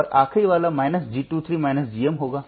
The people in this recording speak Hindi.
और आखिरी वाला G23 GM होगा